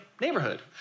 neighborhood